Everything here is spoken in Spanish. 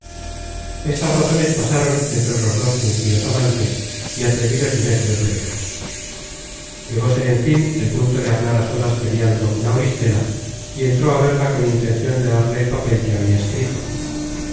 estas razones pasaron entre los dos fingidos amantes y atrevidos y necios de véras llegóse en fin el punto de hablar á solas periandro con auristela y entró á verla con intencion de darle el papel que habia escrito